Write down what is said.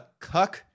cuck